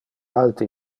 alte